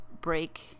break